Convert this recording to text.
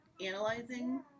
analyzing